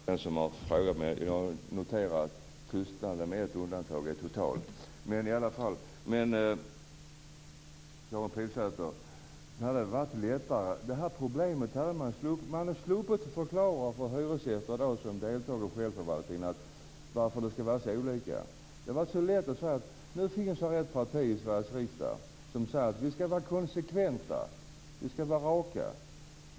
Herr talman! Jag ställde ju denna fråga till samtliga partier men noterar att tystnaden, med ett undantag, är total. Men, Karin Pilsäter, man hade kunnat slippa problemet med att förklara för hyresgäster som deltar i självförvaltning varför det skall vara så olika. Det hade varit lätt att säga att det finns ett parti i Sveriges riksdag som säger: Vi skall vara konsekventa, vi skall vara raka.